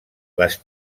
les